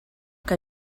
que